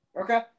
Okay